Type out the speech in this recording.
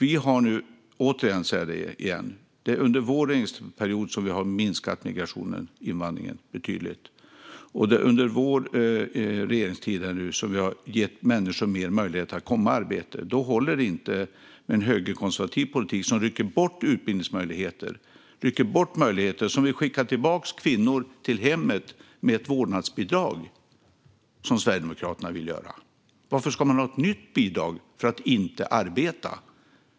Låt mig återigen säga att det är under vår regeringstid som invandringen har minskat betydligt. Det är också under vår regeringstid som människor har getts bättre möjlighet att komma i arbete. Det håller inte med en högerkonservativ politik som rycker bort utbildningsmöjligheter och vill skicka tillbaka kvinnor till hemmet med ett vårdnadsbidrag, vilket Sverigedemokraterna vill göra. Varför ska man ha ett nytt bidrag för att inte arbeta?